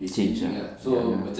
change ah ya